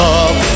Love